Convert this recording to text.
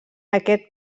aquest